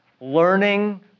learning